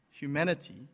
Humanity